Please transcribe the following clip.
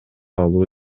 алуу